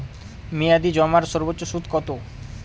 মেয়াদি জমার সর্বোচ্চ সুদ কতো?